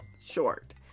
Short